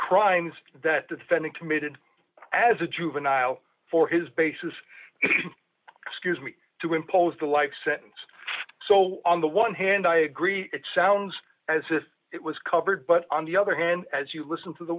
crimes that the defendant committed as a juvenile for his basis excuse me to impose a life sentence so on the one hand i agree it sounds as if it was covered but on the other hand as you listen to the